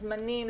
הזמנים,